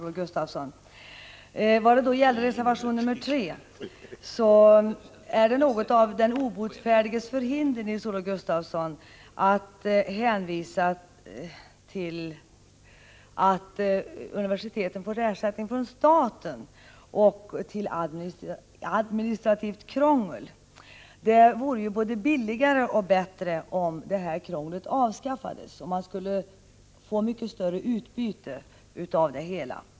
Herr talman! När det gäller reservation 3 är det något av den obotfärdiges förhinder, Nils-Olof Gustafsson, att hänvisa till administrativt krångel och att universiteten får ersättning från staten. Det vore både billigare och bättre om det här krånglet avskaffades. Man skulle då få ett mycket större utbyte.